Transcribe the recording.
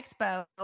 expo